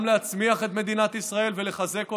גם להצמיח את מדינת ישראל ולחזק אותה,